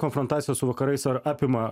konfrontacija su vakarais ar apima